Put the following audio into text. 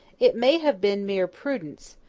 it may have been mere prudence,